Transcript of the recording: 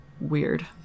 weird